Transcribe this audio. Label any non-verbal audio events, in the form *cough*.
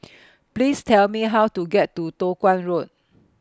*noise* Please Tell Me How to get to Toh Guan Road